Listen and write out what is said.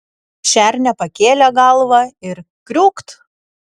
šernė pakėlė galvą ir kriūkt